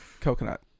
coconut